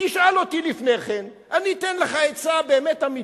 תשאל אותי לפני כן, אני אתן לך עצה באמת אמיתית,